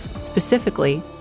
specifically